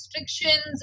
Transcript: restrictions